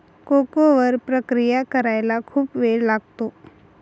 cocoa वर प्रक्रिया करायला खूप वेळ लागतो